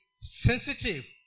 sensitive